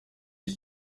iki